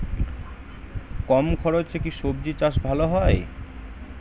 কম খরচে কি সবজি চাষ ভালো হয়?